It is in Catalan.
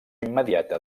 immediata